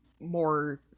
more